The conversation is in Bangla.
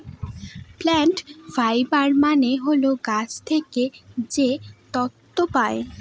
প্লান্ট ফাইবার মানে হল গাছ থেকে যে তন্তু পায়